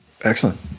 Excellent